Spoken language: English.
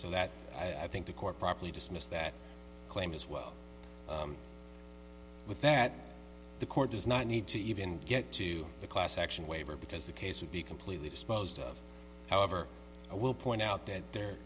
so that i think the court properly dismissed that claim as well with that the court does not need to even get to a class action waiver because the case would be completely disposed of however i will point out that the